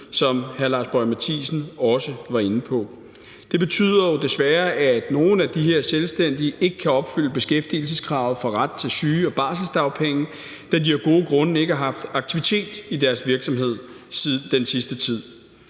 som hr. Lars Boje Mathiesen også var inde på. Det betyder jo desværre, at nogle af de her selvstændige ikke kan opfylde beskæftigelseskravet for ret til syge- og barselsdagpenge, da de af gode grunde ikke har haft aktivitet i deres virksomhed den sidste tid.